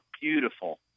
Beautiful